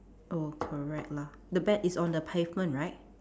oh correct lah the ba~ is on the pavement right